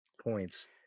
points